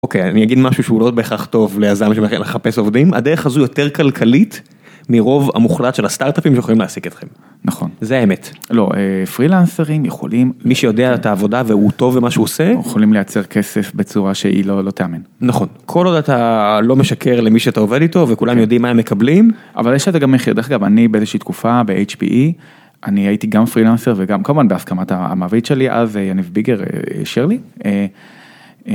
אוקיי, אני אגיד משהו שהוא לא בהכרח טוב ליזם שמתחיל לחפש עובדים: הדרך הזו יותר כלכלית מרוב המוחלט של הסטארטאפים שיכולים להעסיק אתכם. נכון. זה האמת. לא, פרילנסרים יכולים, מי שיודע את העבודה והוא טוב במה שהוא עושה. יכולים לייצר כסף בצורה שהיא לא לא תאמן. נכון, כל עוד אתה לא משקר למי שאתה עובד איתו וכולם יודעים מה הם מקבלים. אבל יש לזה גם מחיר, דרך אגב, אני באיזושהי תקופה ב-HPE, אני הייתי גם פרילנסר וגם כמובן בהסכמת המעביד שלי אז יניב ביגר אישר לי.